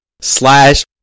slash